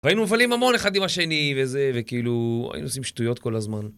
והיינו מבלים המון אחד עם השני, וזה, וכאילו, היינו עושים שטויות כל הזמן.